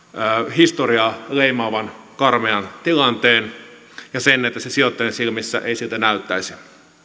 historiaa leimaavan karmean tilanteen ja sen että se sijoittajien silmissä ei siltä näyttäisi